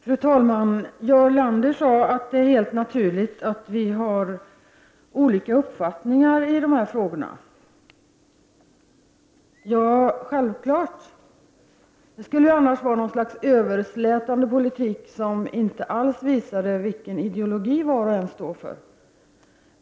Fru talman! Jarl Lander säger att det är helt naturligt att vi har olika uppfattningar i dessa frågor. Ja, självklart, det skulle annars vara något slags överslätande politik som inte alls visade vilken ideologi var och en står för.